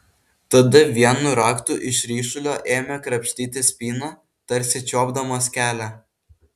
tada vienu raktu iš ryšulio ėmė krapštyti spyną tarsi čiuopdamas kelią